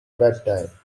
bedtime